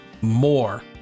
more